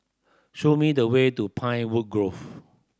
show me the way to Pinewood Grove